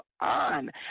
on